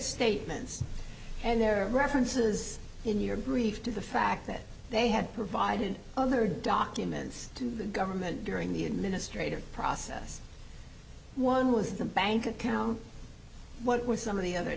statements and their references in your grief to the fact that they had provided other documents to the government during the administrative process one was the bank account what were some of the other